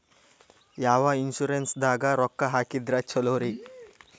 ಯಾವ ಇನ್ಶೂರೆನ್ಸ್ ದಾಗ ರೊಕ್ಕ ಹಾಕಿದ್ರ ಛಲೋರಿ?